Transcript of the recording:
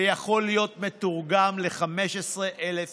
ויכול להיות מתורגם ל-15,000 משרות.